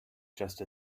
just